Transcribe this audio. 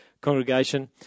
congregation